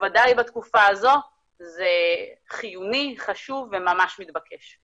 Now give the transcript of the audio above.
במיוחד בתקופה הזו זה חיוני, חשוב וממש מתבקש.